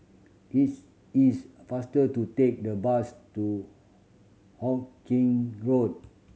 it's is faster to take the bus to Hawkinge Road